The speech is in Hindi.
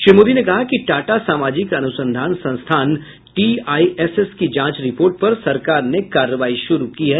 श्री मोदी ने कहा कि टाटा सामाजिक अनुसंधान संस्थान टीआईएसएस की जांच रिपोर्ट पर सरकार ने कार्रवाई शुरू की है